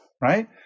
Right